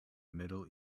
middle